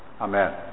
Amen